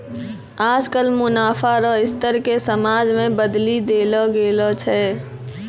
आजकल मुनाफा रो स्तर के समाज मे बदली देल गेलो छै